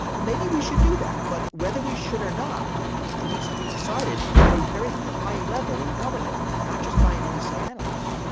well, maybe we should do that, but whether we should or not needs to be decided at a very high level in government, not just by an and nsa analyst.